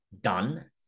Done